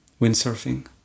windsurfing